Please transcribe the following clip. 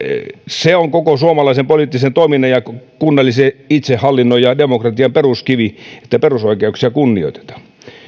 se on koko suomalaisen poliittisen toiminnan ja kunnallisen itsehallinnon ja demokratian peruskivi että perusoikeuksia kunnioitetaan